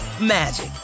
magic